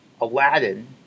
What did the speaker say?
Aladdin